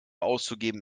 auszugeben